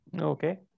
Okay